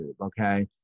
okay